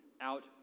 out